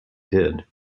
did